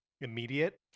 immediate